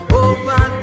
over